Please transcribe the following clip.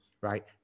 right